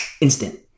instant